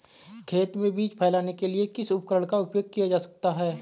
खेत में बीज फैलाने के लिए किस उपकरण का उपयोग किया जा सकता है?